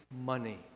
money